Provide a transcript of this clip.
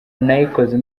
nayikoze